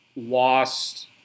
lost